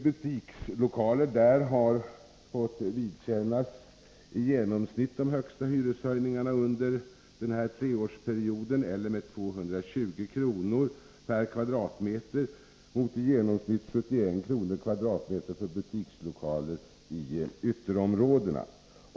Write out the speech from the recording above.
Butikslokaler där har fått vidkännas i genomsnitt de högsta hyreshöjningarna under den här treårsperioden, hyreshöjningar med 220 kr. per kvadratmeter mot i genomsnitt 71 kr. per kvadratmeter för butikslokaler i ytterområdena.